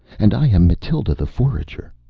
and i am mathild the forager.